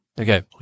Okay